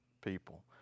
people